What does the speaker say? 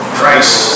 Christ